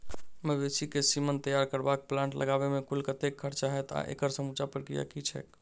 मवेसी केँ सीमन तैयार करबाक प्लांट लगाबै मे कुल कतेक खर्चा हएत आ एकड़ समूचा प्रक्रिया की छैक?